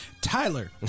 Tyler